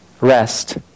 rest